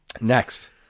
Next